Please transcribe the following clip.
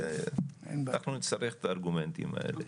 אנחנו נצטרך את הארגומנטים האלה.